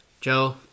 Joe